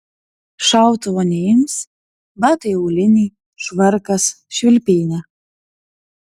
šautuvo neims batai auliniai švarkas švilpynė